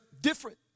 different